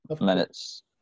minutes